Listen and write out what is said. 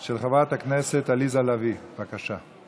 של חברת הכנסת עליזה לביא, בבקשה.